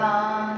on